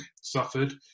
suffered